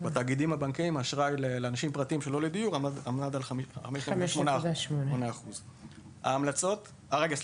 בתאגידים הבנקאיים האשראי לאנשים פרטיים שלא לדיור עמד על 5.8%. עוד